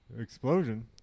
Explosion